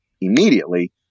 immediately